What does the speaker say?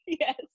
yes